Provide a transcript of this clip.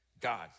God